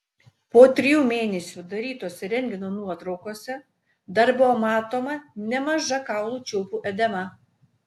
po trijų mėnesių darytose rentgeno nuotraukose dar buvo matoma nemaža kaulų čiulpų edema